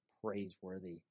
praiseworthy